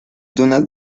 dunas